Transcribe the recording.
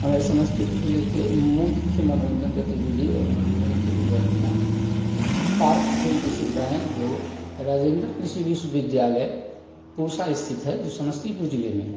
हमारे समस्तीपुर जिले के मुख्य मनोरंजन गतिविधि और मनोरंजन के विकल्प हैं पार्क खेल की सुविधाएँ जो राजेंद्र कृषि विश्वविद्यालय पूसा स्थित है जो समस्तीपुर जिले में है